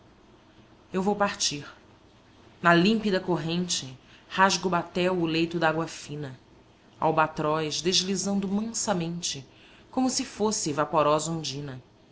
eu vou partir na límpida corrente rasga o batel o leito dágua fina albatroz deslizando mansamente como se fosse vaporosa ondina